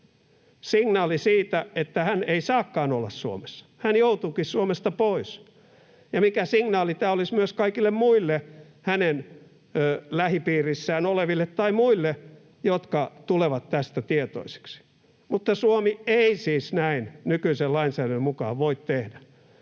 signaali siitä, että hän ei saakaan olla Suomessa, hän joutuukin Suomesta pois, ja mikä signaali tämä olisi myös kaikille muille hänen lähipiirissään oleville tai muille, jotka tulevat tästä tietoisiksi. Mutta Suomi ei siis näin nykyisen lainsäädännön mukaan voi tehdä.